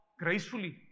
gracefully